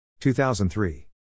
2003